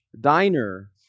diner